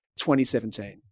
2017